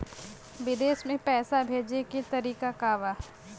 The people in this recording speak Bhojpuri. विदेश में पैसा भेजे के तरीका का बा?